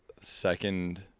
second